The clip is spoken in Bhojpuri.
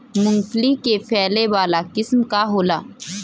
मूँगफली के फैले वाला किस्म का होला?